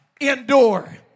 endure